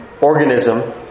organism